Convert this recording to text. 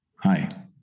Hi